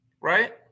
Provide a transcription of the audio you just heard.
right